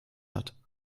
hat